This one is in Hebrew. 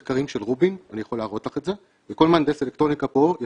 המורים צריכים להיות פה השוטרים וזה קשה הרבה פעמים,